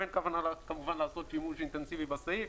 אין כוונה לעשות שימוש אינטנסיבי בסעיף,